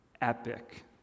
epic